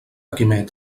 quimet